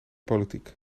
politiek